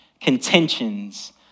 contentions